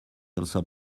also